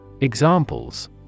Examples